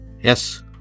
Yes